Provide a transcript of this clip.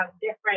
different